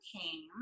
came